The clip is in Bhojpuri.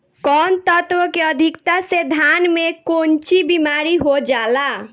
कौन तत्व के अधिकता से धान में कोनची बीमारी हो जाला?